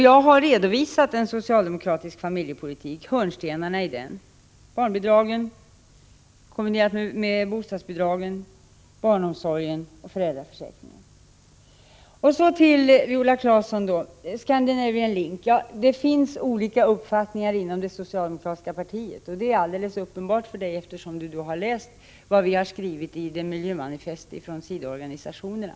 Jag har redovisat hörnstenarna i en socialdemokratisk familjepolitik: barnbidragen kombinerade med bostadsbidragen, barnomsorgen och föräldraförsäkringen. Så till Viola Claesson och Scandinavian Link. Det finns olika uppfattningar i det socialdemokratiska partiet. Detta är uppenbart för Viola Claesson eftersom hon läst vad som skrivits i miljömanifestet ifrån sidoorganisationerna.